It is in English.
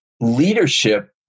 leadership